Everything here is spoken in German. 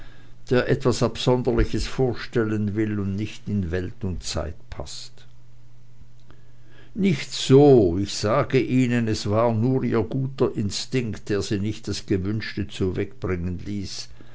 der etwas absonderliches vorstellen will und nicht in welt und zeit paßt nicht so ich sage ihnen es war nur ihr guter instinkt der sie nicht das gewünschte zuweg bringen ließ